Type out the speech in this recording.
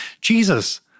Jesus